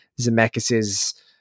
zemeckis's